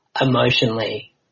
emotionally